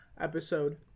episode